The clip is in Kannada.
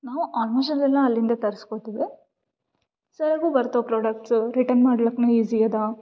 ನಾವು ಆಲ್ಮೋಸ್ಟ್ ಆಲ್ ಎಲ್ಲ ಅಲ್ಲಿಂದ ತರಿಸ್ಕೊತೀವಿ ಸರಿಯಾಗು ಬರ್ತಾವ ಪ್ರಾಡಕ್ಸ್ಟು ರಿಟನ್ ಮಾಡ್ಲಿಕ್ಕು ಈಜಿ಼ ಅದ